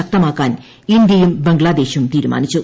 ശക്തമാക്കാൻ ഇന്ത്യയും ബംഗ്ലാദേശും തീരുമാനിച്ചു